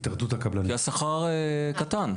עוזבים כי השכר נמוך.